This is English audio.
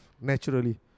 naturally